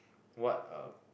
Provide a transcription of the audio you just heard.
what are